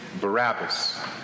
Barabbas